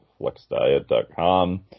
flexdiet.com